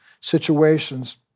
situations